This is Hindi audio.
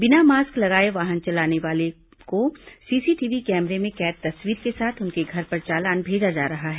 बिना मास्क लगाए वाहन चलाने वालों को सीसीटीवी कैमरे में कैद तस्वीर के साथ उनके घर पर चालान भेजा जा रहा है